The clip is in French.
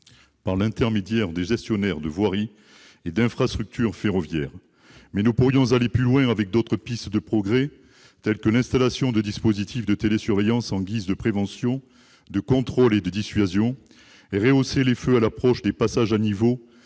par l'intermédiaire des gestionnaires de voirie et d'infrastructure ferroviaire. Nous pourrions aller plus loin avec d'autres pistes de progrès : installer des dispositifs de télésurveillance en guise de prévention, de contrôle et de dissuasion ; rehausser les feux à l'approche des passages à niveau